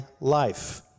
life